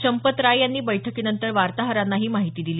चंपत राय यांनी बैठकीनंतर वार्ताहरांना ही माहिती दिली